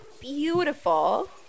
beautiful